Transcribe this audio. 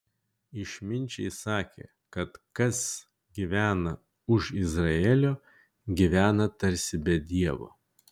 išminčiai sakė kad kas gyvena už izraelio gyvena tarsi be dievo